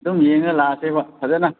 ꯑꯗꯨꯝ ꯌꯦꯡꯉꯒ ꯂꯥꯛꯑꯁꯦꯕ ꯐꯖꯅ